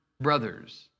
brothers